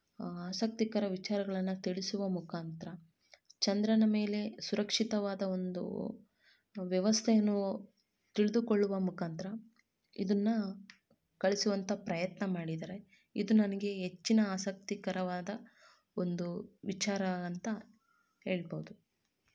ಆಸಕ್ತಿಕರ ವಿಚಾರಗಳನ್ನ ತಿಳಿಸುವ ಮುಖಾಂತರ ಚಂದ್ರನ ಮೇಲೆ ಸುರಕ್ಷಿತವಾದ ಒಂದು ವ್ಯವಸ್ಥೆಯನ್ನು ತಿಳಿದುಕೊಳ್ಳುವ ಮುಖಾಂತರ ಇದನ್ನ ಕಳಿಸುವಂಥ ಪ್ರಯತ್ನ ಮಾಡಿದ್ದಾರೆ ಇದು ನನಗೆ ಹೆಚ್ಚಿನ ಆಸಕ್ತಿಕರವಾದ ಒಂದು ವಿಚಾರ ಅಂತ ಹೇಳ್ಬೌದು